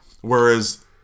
Whereas